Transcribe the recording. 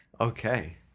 Okay